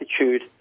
attitude